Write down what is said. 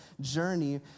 journey